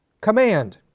Command